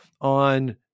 on